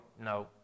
no